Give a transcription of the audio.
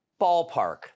ballpark